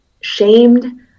shamed